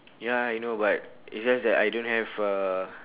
ya I know but it's just that I don't have uh